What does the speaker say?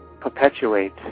perpetuate